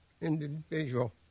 individual